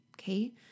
Okay